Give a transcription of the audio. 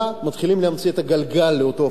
מתחילים להמציא את הגלגל לאותם אופניים.